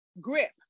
grip